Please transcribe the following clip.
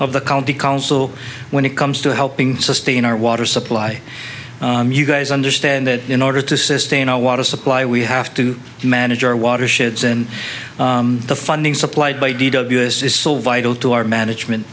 of the county council when it comes to helping sustain our water supply you guys understand that in order to sustain our water supply we have to manage our watersheds and the funding supplied by deed of us is so vital to our management